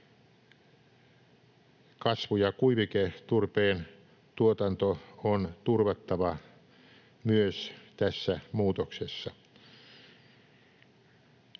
Kasvu‑ ja kuiviketurpeen tuotanto on turvattava myös tässä muutoksessa.